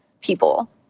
people